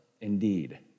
indeed